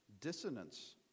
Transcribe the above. dissonance